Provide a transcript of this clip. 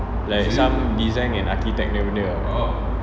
like some design and architect punya benda ah